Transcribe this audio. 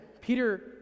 Peter